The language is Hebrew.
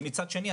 ומצד שני,